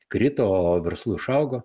krito o verslu išaugo